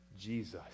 Jesus